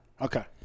Okay